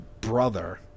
brother